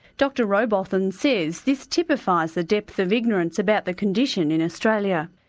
dr rowbotham says this typifies the depth of ignorance about the condition in australia.